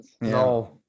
No